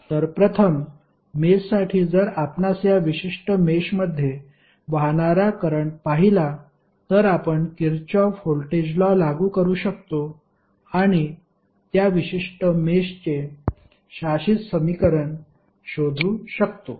तर प्रथम मेषसाठी जर आपणास या विशिष्ट मेषमध्ये वाहणारा करंट पाहिला तर आपण किरचॉफ व्होल्टेज लॉ लागू करू शकतो आणि त्या विशिष्ट मेषचे शासित समीकरण शोधू शकतो